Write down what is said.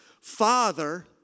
father